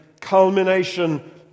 culmination